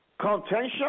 Contention